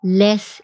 less